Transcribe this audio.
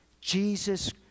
Jesus